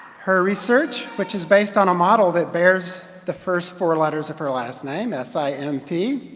her research, which is based on a model that bears the first four letters of her last name, s i m p,